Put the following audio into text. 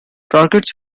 targets